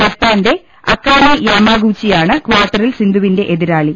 ജപ്പാന്റെ അകാനേ യാമാഗൂച്ചിയാണ് കാർട്ടറിൽ സിന്ധുവിന്റെ എതിരാളി